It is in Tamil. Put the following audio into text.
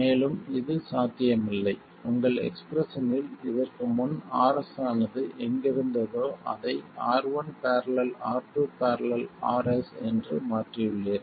மேலும் இது சாத்தியமில்லை உங்கள் எக்ஸ்பிரஷனில் இதற்கு முன் Rs ஆனது எங்கிருந்ததோ அதை R1 || R2 || Rs என்று மாற்றியுள்ளீர்கள்